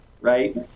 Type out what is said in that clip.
right